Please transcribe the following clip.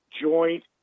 joint